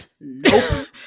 Nope